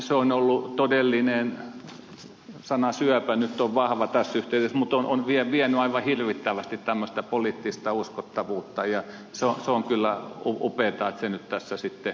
se on ollut todellinen sana syöpä nyt on vahva tässä yhteydessä mutta on vienyt aivan hirvittävästi tämmöistä poliittista uskottavuutta ja se on kyllä upeata että se nyt tässä sitten poistuu